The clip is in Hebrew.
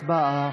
הצבעה.